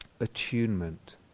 attunement